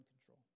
control